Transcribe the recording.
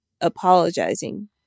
apologizing